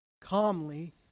calmly